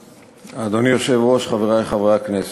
אדוני היושב-ראש, חברי חברי הכנסת,